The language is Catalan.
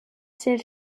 ser